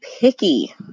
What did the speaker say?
picky